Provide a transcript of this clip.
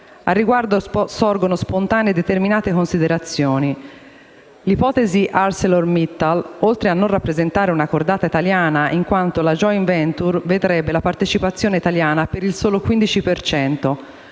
Al riguardo, sorgono spontanee determinate considerazioni: l'ipotesi ArcelorMittal, oltre a non rappresentare una cordata italiana in quanto la *joint venture* vedrebbe la partecipazione italiana solo per